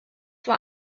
war